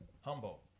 Humble